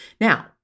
Now